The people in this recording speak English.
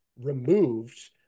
removed